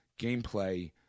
gameplay